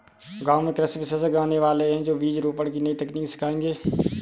गांव में कृषि विशेषज्ञ आने वाले है, जो बीज रोपण की नई तकनीक सिखाएंगे